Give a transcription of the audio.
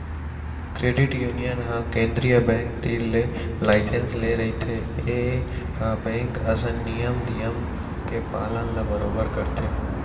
credit union ह केंद्रीय bank तीर ले लाइसेंस ले रहिथे ए ह बेंक असन नियम धियम के पालन ल बरोबर करथे